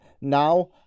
Now